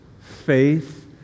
faith